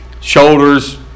shoulders